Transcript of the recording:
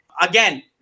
Again